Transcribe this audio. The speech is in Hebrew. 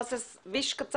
נעשה סבב קצר.